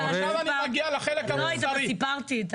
מגיע לחלק המוסרי.